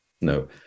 No